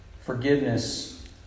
Forgiveness